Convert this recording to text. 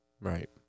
right